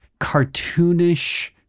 cartoonish